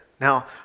Now